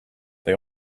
they